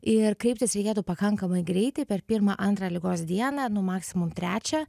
ir kreiptis reikėtų pakankamai greitai per pirmą antrą ligos dieną nu maksimum trečią